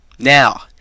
Now